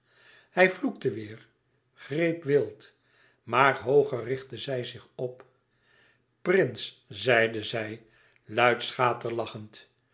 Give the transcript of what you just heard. hij vloekte weêr greep wild maar hooger richtte zij zich op prins zeide zij luid schaterlachend